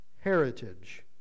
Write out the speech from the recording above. heritage